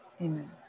Amen